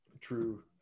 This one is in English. true